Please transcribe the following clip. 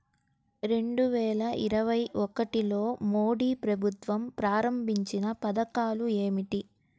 రెండు వేల ఇరవై ఒకటిలో మోడీ ప్రభుత్వం ప్రారంభించిన పథకాలు ఏమిటీ?